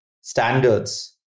standards